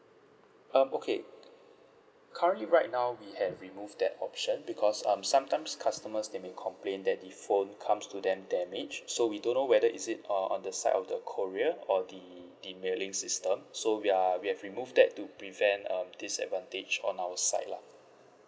um okay currently right now we have removed that option because um sometimes customers they may complain that the phone comes to them damage so we don't know whether is it uh on the side of the courier or the the mailing system so we are we have remove that to prevent um disadvantage on our side lah